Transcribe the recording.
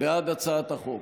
הצעת החוק.